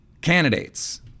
Candidates